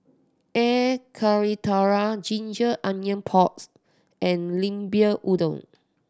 Air Karthira ginger onion pork and Lemper Udang